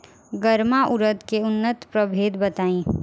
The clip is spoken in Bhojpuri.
गर्मा उरद के उन्नत प्रभेद बताई?